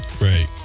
Right